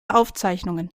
aufzeichnungen